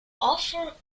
offer